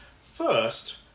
First